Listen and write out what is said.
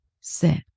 set